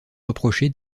reproché